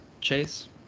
Chase